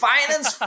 Finance